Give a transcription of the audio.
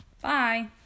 Bye